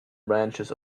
branches